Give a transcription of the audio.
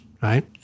right